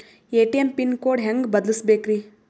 ATM pin code ಹೆಂಗ್ ಬದಲ್ಸ್ಬೇಕ್ರಿ?